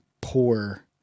poor